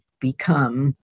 become